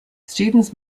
students